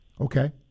Okay